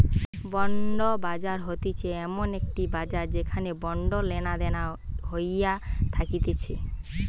bond বাজার হতিছে এমন একটি বাজার যেখানে বন্ড লেনাদেনা হইয়া থাকতিছে